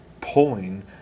pulling